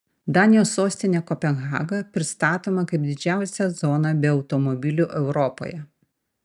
danijos sostinė kopenhaga pristatoma kaip didžiausia zona be automobilių europoje